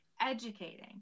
Educating